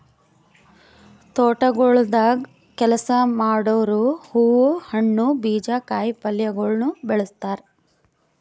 ತೋಟಗೊಳ್ದಾಗ್ ಕೆಲಸ ಮಾಡೋರು ಹೂವು, ಹಣ್ಣು, ಬೀಜ, ಕಾಯಿ ಪಲ್ಯಗೊಳನು ಬೆಳಸ್ತಾರ್